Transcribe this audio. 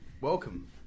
Welcome